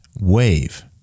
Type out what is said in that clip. wave